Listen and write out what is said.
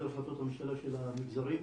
החלטת הממשלה של המגזרים.